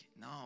no